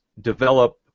develop